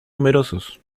numerosos